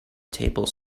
table